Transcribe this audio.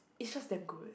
is just damn good